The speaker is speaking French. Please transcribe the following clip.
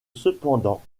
cependant